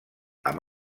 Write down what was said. amb